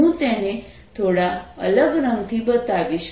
હું તેને થોડા અલગ રંગથી બતાવીશ